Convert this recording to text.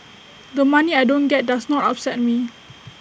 the money I don't get does not upset me